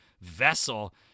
vessel